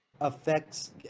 affects